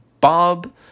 Bob